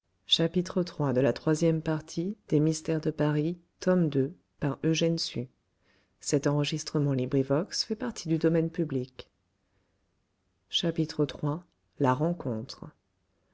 de la métairie iii la rencontre